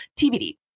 TBD